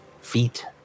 feet